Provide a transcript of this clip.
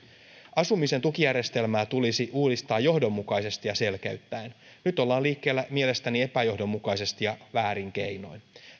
asumisen tukijärjestelmää tulisi uudistaa johdonmukaisesti ja selkeyttäen nyt ollaan liikkeellä mielestäni epäjohdonmukaisesti ja väärin keinoin